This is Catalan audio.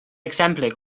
exemple